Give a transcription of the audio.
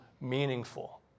meaningful